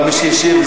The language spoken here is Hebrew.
אבל מי שהשיב,